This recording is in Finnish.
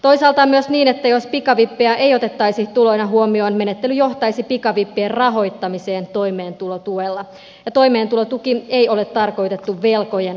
toisaalta on myös niin että jos pikavippejä ei otettaisi tuloina huomioon menettely johtaisi pikavippien rahoittamiseen toimeentulotuella ja toimeentulotuki ei ole tarkoitettu velkojen takaisinmaksuun